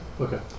Okay